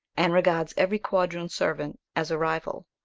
and regards every quadroon servant as a rival.